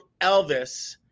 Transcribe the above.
Elvis